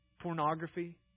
Pornography